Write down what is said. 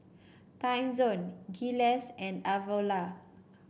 Timezone Gelare and Avalon